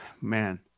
man